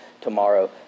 tomorrow